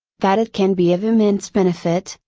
that it can be of immense benefit,